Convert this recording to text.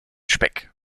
speck